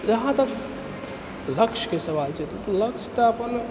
जहाँ तक लक्ष्यके सवाल छै लक्ष्य तऽ अपन